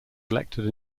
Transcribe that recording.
elected